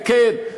וכן,